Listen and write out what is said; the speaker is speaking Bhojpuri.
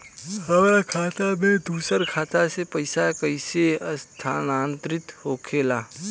हमार खाता में दूसर खाता से पइसा कइसे स्थानांतरित होखे ला?